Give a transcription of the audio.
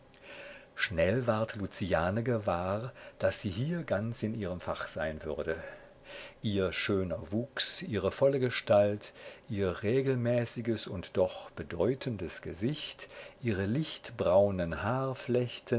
schnell ward luciane gewahr daß sie hier ganz in ihrem fach sein würde ihr schöner wuchs ihre volle gestalt ihr regelmäßiges und doch bedeutendes gesicht ihre lichtbraunen